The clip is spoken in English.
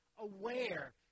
aware